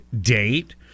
date